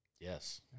Yes